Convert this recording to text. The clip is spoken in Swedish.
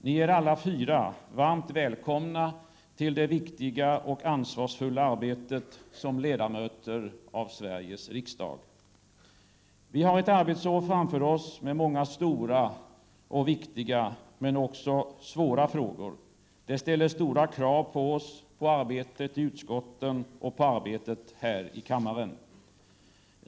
Ni är alla fyra varmt välkomna till det viktiga och ansvarsfulla arbetet som ledamöter av Sveriges riksdag. Vi har ett arbetsår framför oss med många stora och viktiga, men också svåra, frågor. Det ställer stora krav på oss, på arbetet i utskotten och på arbetet här i kammaren.